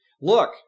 look